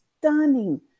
stunning